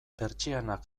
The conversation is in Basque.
pertsianak